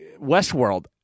Westworld